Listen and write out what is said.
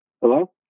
Hello